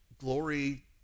glory